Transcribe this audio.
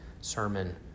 sermon